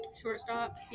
shortstop